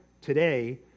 today